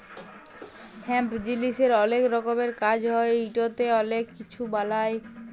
hemp জিলিসের অলেক রকমের কাজ হ্যয় ইটতে অলেক কিছু বালাই